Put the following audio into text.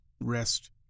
rest